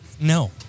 No